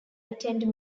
attend